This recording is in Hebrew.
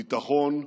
ביטחון ושלום.